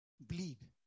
bleed